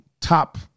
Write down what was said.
top